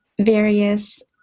various